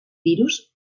virus